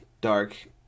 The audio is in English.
dark